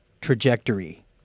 trajectory